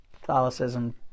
Catholicism